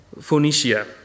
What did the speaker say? Phoenicia